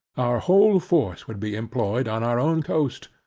our whole force would be employed on our own coast,